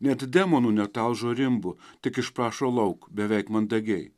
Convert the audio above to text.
net demonų netalžo rimbu tik išprašo lauk beveik mandagiai